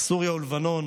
סוריה ולבנון,